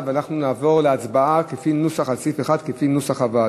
ואנחנו נעבור להצבעה על סעיף 1 כפי נוסח הוועדה.